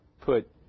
put